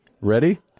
Ready